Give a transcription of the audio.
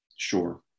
Sure